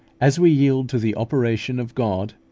as we yield to the operation of god,